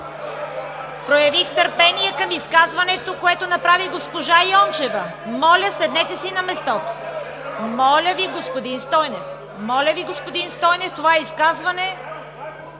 проявих търпение към изказването, което направи госпожа Йончева. Моля, седнете си на местото! Моля Ви, господин Стойнев! Моля Ви, господин Стойнев, това е изказване